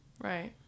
Right